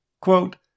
Quote